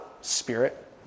spirit